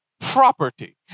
property